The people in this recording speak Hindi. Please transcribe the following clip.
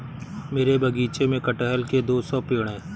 मेरे बगीचे में कठहल के दो सौ पेड़ है